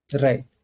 Right